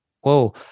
whoa